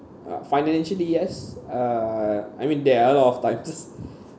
uh financially yes uh I mean there are a lot of titles